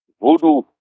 voodoo